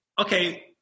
okay